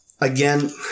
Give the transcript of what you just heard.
again